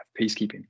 peacekeeping